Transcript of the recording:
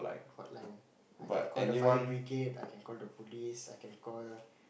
hotline I can call the fire brigade I can call the police I can call